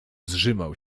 zżymał